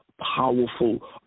powerful